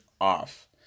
off